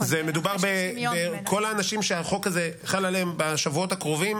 אני שומע את הקולות על הדיונים לגבי מטרות